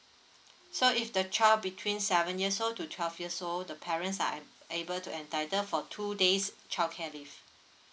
so if the child between seven years old to twelve years old the parents are able to entitle for two days childcare leave